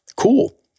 Cool